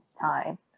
time